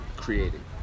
creating